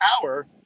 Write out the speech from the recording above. hour